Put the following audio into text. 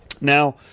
Now